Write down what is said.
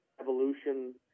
evolution